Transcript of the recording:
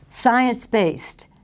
science-based